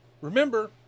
remember